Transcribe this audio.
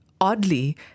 oddly